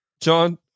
John